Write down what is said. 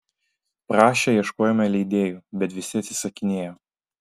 parašę ieškojome leidėjų bet visi atsisakinėjo